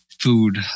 food